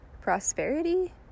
prosperity